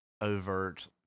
overt